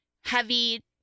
heavy